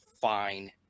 fine